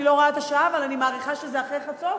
אני לא רואה את השעה אבל אני מעריכה שזה אחרי חצות.